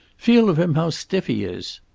feel of him, how stiff he is.